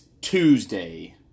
Tuesday